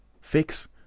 Fix